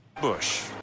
Bush